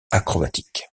acrobatique